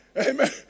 Amen